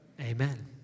Amen